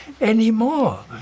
anymore